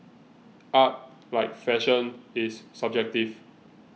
art like fashion is subjective